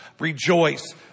Rejoice